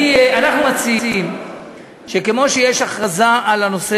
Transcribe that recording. אנחנו מציעים שכמו שיש הכרזה על הנושא